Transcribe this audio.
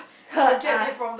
heard us